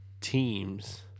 Teams